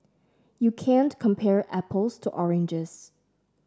you can't compare apples to oranges